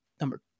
number